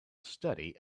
study